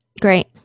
Great